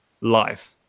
life